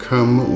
Come